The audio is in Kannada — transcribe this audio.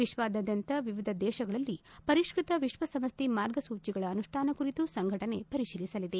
ವಿಶ್ವಾದ್ಯಂತ ವಿವಿಧ ದೇಶಗಳಲ್ಲಿ ಪರಿಷ್ಟತ ವಿಶ್ವಸಂಸ್ಥೆ ಮಾರ್ಗಸೂಚಿಗಳ ಅನುಷ್ಠಾನ ಕುರಿತು ಸಂಘಟನೆ ಪರಿಶೀಲಿಸಲಿದೆ